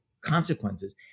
consequences